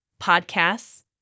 podcasts